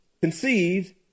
conceived